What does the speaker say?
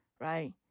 right